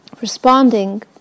responding